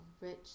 rich